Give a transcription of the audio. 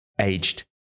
aged